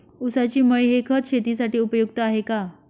ऊसाची मळी हे खत शेतीसाठी उपयुक्त आहे का?